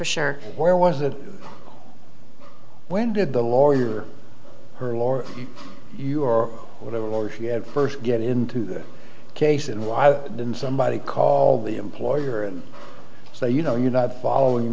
for sure or was it when did the lawyer her lawyer you or whatever she had first get into the case and why didn't somebody call the employer and so you know you're not following